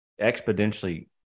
exponentially